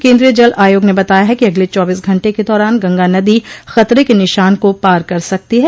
केन्द्रीय जल आयोग ने बताया है कि अगले चौबीस घंटे के दौरान गंगा नदी ख़तरे के निशान को पार कर सकती है